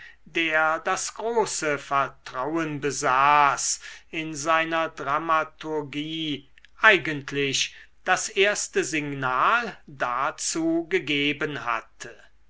der das große vertrauen besaß in seiner dramaturgie eigentlich das erste signal dazu gegeben hatte